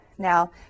Now